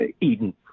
Eden